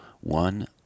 One